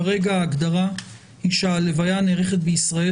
כרגע ההגדרה היא שהלוויה נערכת בישראל